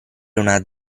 una